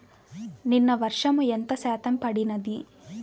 నిన్న వర్షము ఎంత శాతము పడినది?